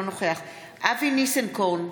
אינו נוכח אבי ניסנקורן